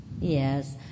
Yes